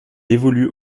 évolue